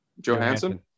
Johansson